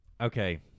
Okay